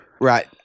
Right